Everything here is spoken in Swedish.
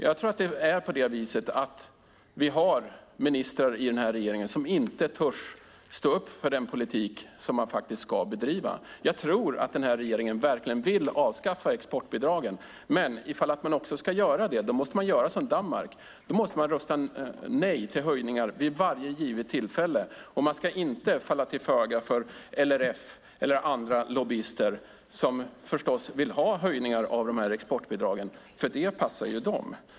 Jag tror att det är på det viset att vi har ministrar i den här regeringen som inte törs stå upp för den politik som man faktiskt ska bedriva. Jag tror att regeringen verkligen vill avskaffa exportbidragen. Men om man ska göra det måste man göra som Danmark och rösta nej till höjningar vid varje givet tillfälle, och man ska inte falla till föga för LRF eller andra lobbyister som förstås vill ha höjningar av exportbidragen, för det passar ju dem.